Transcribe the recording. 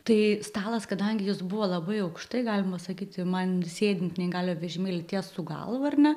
tai stalas kadangi jis buvo labai aukštai galima sakyti man sėdint neįgaliojo vežimėly ties su galva ar ne